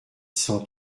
cent